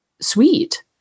sweet